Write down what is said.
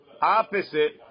opposite